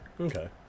Okay